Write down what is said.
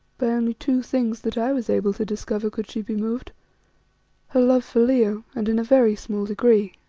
by only two things that i was able to discover could she be moved her love for leo and, in a very small degree,